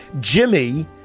Jimmy